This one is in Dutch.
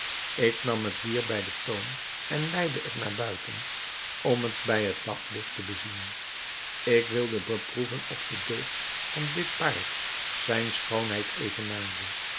ik nam het dier bij den toom en leidde het naar buiten om het bij het daglicht te bezien ik wilde beproeven of de deugd van dit paard zijne schoonheid evenaarde